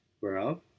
whereof